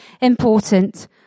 important